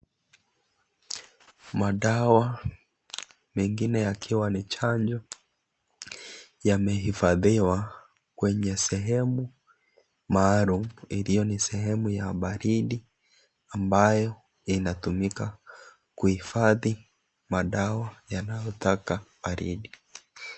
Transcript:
Madawa mengine yakiwa ni chanjo yamehifadhiwa kwenye Sehemu maalum iliyo ni sehemu ya baridi ambayo inatumika kuhifadhi madawa yanayotaka baridi.